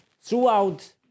throughout